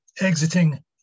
exiting